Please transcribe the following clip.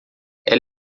ela